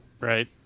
Right